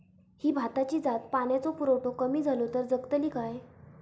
ही भाताची जात पाण्याचो पुरवठो कमी जलो तर जगतली काय?